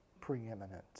preeminent